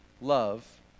love